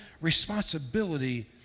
responsibility